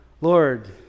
Lord